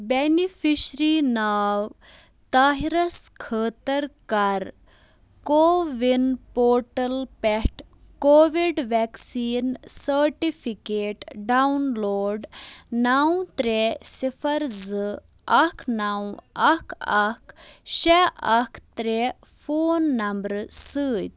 beneficiary ناو طاہِرَس خٲطرٕ کَر کووِن پورٹَل پٮ۪ٹھ covid vaccine certificate download نَو ترٛےٚ صِفر زٕ اَکھ نَو اَکھ اَکھ شےٚ اَکھ ترٛےٚ فون نمبرٕ سۭتۍ